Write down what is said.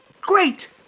Great